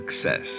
success